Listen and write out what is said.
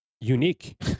unique